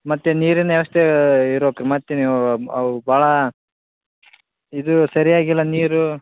ಮತ್ತೆ ನೀರಿನ ವ್ಯವಸ್ಥೆ ಇರೋಕೆ ಮತ್ತೆ ನೀವು ಅವು ಭಾಳ ಇದು ಸರಿಯಾಗಿಲ್ಲ ನೀರು